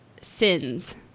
sins